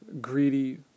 greedy